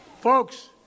Folks